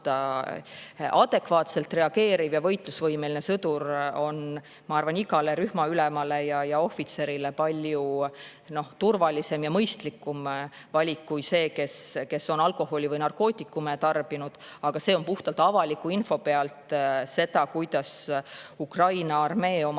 adekvaatselt reageeriv ja võitlusvõimeline sõdur on, ma arvan, igale rühmaülemale ja ohvitserile palju turvalisem ja mõistlikum valik kui see, kes on alkoholi või narkootikume tarbinud. Aga see on puhtalt avaliku info pealt. Selle kohta, kuidas Ukraina armee oma